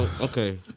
okay